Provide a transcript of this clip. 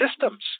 systems